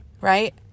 Right